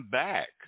back